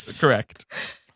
Correct